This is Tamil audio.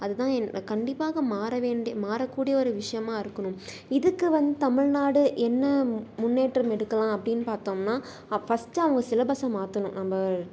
அது தான் என் கண்டிப்பாக மாற வேண்டிய மாற கூடிய ஒரு விஷயமா இருக்கணும் இதுக்கு வந்து தமிழ்நாடு என்ன முன்னேற்றம் எடுக்கலாம் அப்படினு பார்த்தோம்னா ஆ ஃபர்ஸ்ட் அவங்க சிலபஸ்ஸை மாற்றணும் நம்ப